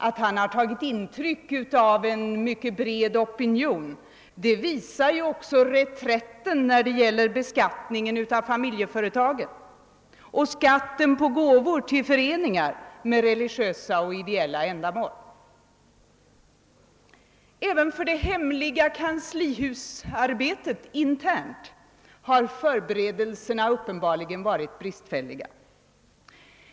Att han tagit intryck av en mycket bred opinion visar också reträtten när det gäller beskattningen av familjeföretagen och skatten på gåvor till föreningar med religiösa och ideella ändamål. Även för det hemliga interna kanslihusarbetet har förberedelserna uppenbarligen varit bristfälliga.